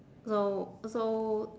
so so